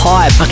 Hype